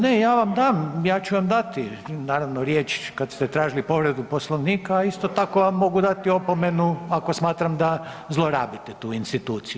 Ne ja vam dam, ja ću vam dati naravno riječ kad ste tražili povredu Poslovnika, a isto tako vam mogu dati opomenu ako smatram da zlorabite tu instituciju.